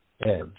edge